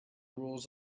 rules